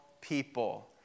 people